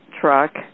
truck